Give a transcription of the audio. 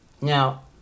Now